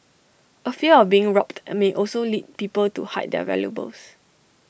A fear of being robbed may also lead people to hide their valuables